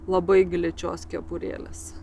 labai gličios kepurėlės